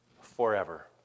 forever